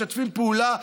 משתפים פעולה,